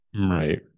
right